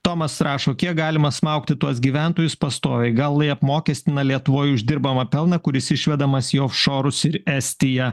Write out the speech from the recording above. tomas rašo kiek galima smaugti tuos gyventojus pastoviai gal jie apmokestina lietuvoj uždirbamą pelną kuris išvedamas į ofšorus ir estiją